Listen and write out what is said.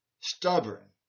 Stubborn